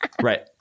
right